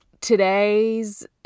today's